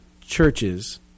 churches